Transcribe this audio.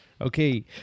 Okay